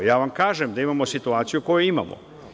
Ja vam kažem da imamo situaciju koju imamo.